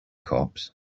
cops